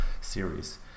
series